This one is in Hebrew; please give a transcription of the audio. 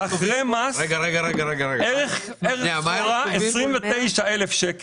ערך סחורה, 29 אלף.